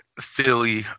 Philly